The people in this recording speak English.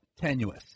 tenuous